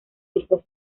disco